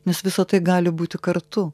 nes visa tai gali būti kartu